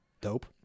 dope